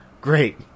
Great